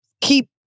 keep